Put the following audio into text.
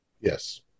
Yes